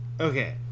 Okay